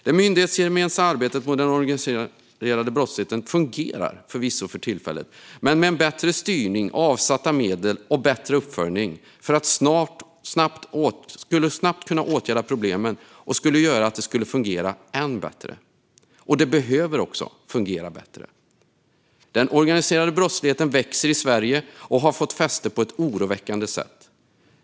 Det myndighetsgemensamma arbetet mot den organiserade brottsligheten fungerar förvisso för tillfället, men med en bättre styrning, avsatta medel och bättre uppföljning för att snabbt kunna åtgärda problem skulle det kunna fungera än bättre. Och det behöver fungera bättre. Den organiserade brottsligheten växer i Sverige och har fått fäste på oroväckande sätt.